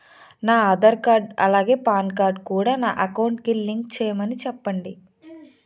నా ఆధార్ కార్డ్ అలాగే PAN card కూడా నా అకౌంట్ కి లింక్ చేయమని చెప్పండి